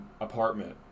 apartment